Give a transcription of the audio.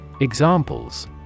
Examples